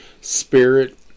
Spirit